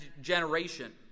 generation